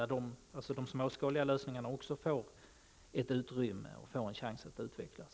Också de småskaliga lösningarna bör få ett utrymme och en chans att utvecklas.